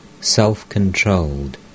self-controlled